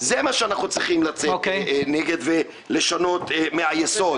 זה מה שאנחנו צריכים לצאת נגדו ולשנות מן היסוד.